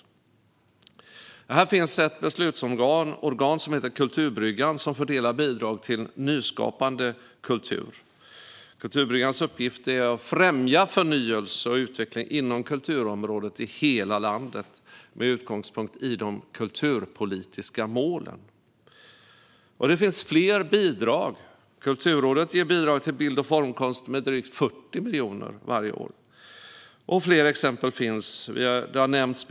Inom Konstnärsnämnden finns ett beslutsorgan som heter Kulturbryggan och som fördelar bidrag till nyskapande kultur. Kulturbryggans uppgift är att främja förnyelse och utveckling inom kulturområdet i hela landet med utgångspunkt i de kulturpolitiska målen. Det finns fler bidrag. Kulturrådet ger bidrag med drygt 40 miljoner varje år till bild och formkonst. Det finns fler exempel.